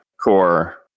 core